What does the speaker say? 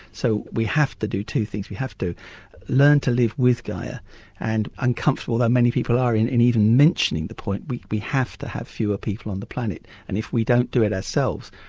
so we have to do two things we have to learn to live with gaia and, uncomfortable though many people are in and even mentioning the point, we we have to have fewer people on the planet, and if we don't do it ourselves,